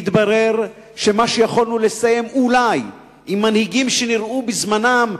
ויתברר שמה שיכולנו לסיים אולי עם מנהיגים שנראו בזמנם,